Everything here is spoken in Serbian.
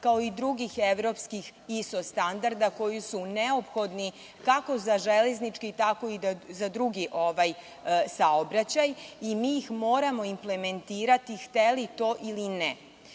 kao i drugih evropskih ISO standarda koji su neophodni, kako za železnički tako i za drugi saobraćaj i mi ih moramo implementirati, hteli to ili